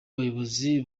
bayobozi